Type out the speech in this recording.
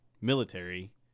military